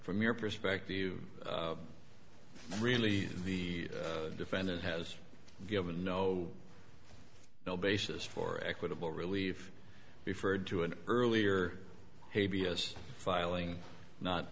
from your perspective you really the defendant has given no no basis for equitable relief referred to an earlier a b s filing not